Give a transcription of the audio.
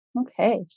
Okay